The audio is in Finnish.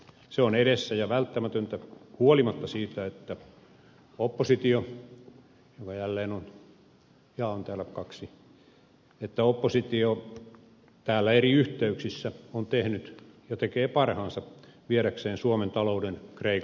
se on edessä ja välttämätöntä huolimatta siitä että oppositio täällä eri yhteyksissä on tehnyt ja tekee parhaansa viedäkseen suomen talouden kreikan malliin